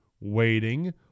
waiting